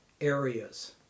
areas